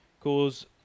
cause